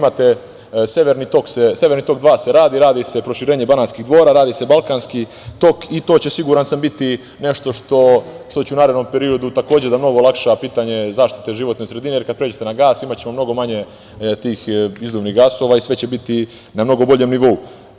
Radi se Severni tok 2, radi se proširenje Banatskih dvora, radi se Balkanski tok i to će siguran sam, biti nešto što će u narednom periodu takođe da olakša pitanje zaštite životne sredine, jer kada pređete na gas imaćemo mnogo manje tih izduvnih gasova i sve će biti na mnogo boljem nivou.